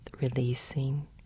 releasing